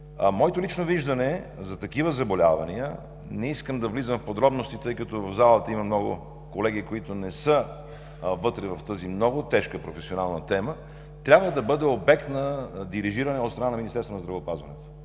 Моето лично виждане за такива заболявания – не искам да влизам в подробности, тъй като в залата има много колеги, които не са вътре в тази много тежка професионална тема, трябва да бъде обект на дирижиране от страна на Министерството на здравеопазването.